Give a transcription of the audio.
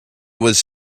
was